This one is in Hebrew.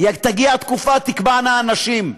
תגיע התקופה שתקבענה הנשים.